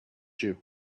you